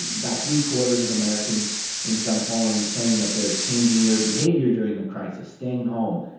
about three-quarters of americans in some polling saying that they're changing their behavior during the crisis staying home,